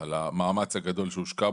על המאמץ הגדול שהושקע,